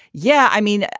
yeah. i mean,